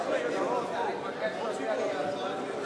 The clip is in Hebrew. אני מבקש להודיע שההצבעה שלי,